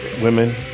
women